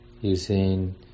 using